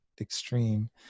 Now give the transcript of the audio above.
extreme